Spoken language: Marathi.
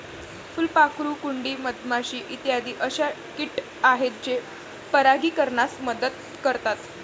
फुलपाखरू, कुंडी, मधमाशी इत्यादी अशा किट आहेत जे परागीकरणास मदत करतात